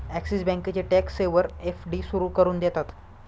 axis बँकेचे tax saver FD सुरू करून देतात